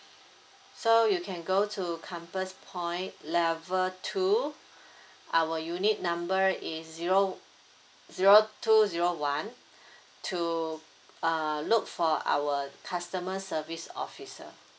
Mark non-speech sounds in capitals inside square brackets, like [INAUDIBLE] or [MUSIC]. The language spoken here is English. so you can go to compass point level two [BREATH] our unit number is zero zero two zero one [BREATH] to uh look for our customer service officer